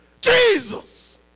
Jesus